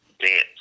dance